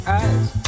eyes